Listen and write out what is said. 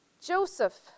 Joseph